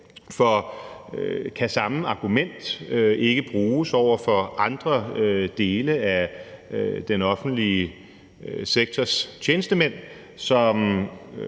for kan samme argument ikke bruges over for andre dele af den offentlige sektors tjenestemænd, som